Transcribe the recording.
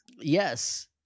Yes